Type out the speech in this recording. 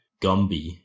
Gumby